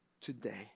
today